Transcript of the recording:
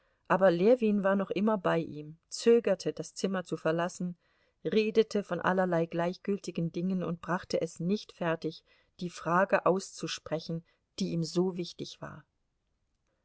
aber ljewin war noch immer bei ihm zögerte das zimmer zu verlassen redete von allerlei gleichgültigen dingen und brachte es nicht fertig die frage auszusprechen die ihm so wichtig war